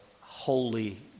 holy